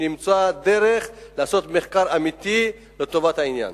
ונמצא דרך לעשות מחקר אמיתי לטובת העניין.